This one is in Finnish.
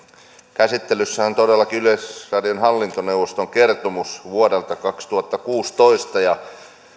käsittelyssä on todellakin yleisradion hallintoneuvoston kertomus vuodelta kaksituhattakuusitoista